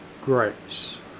Grace